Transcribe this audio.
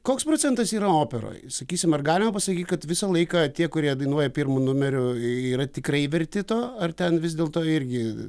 koks procentas yra operoj sakysime ar galima pasakyt kad visą laiką tie kurie dainuoja pirmu numeriu yra tikrai verti to ar ten vis dėl to irgi